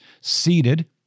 seated